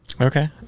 Okay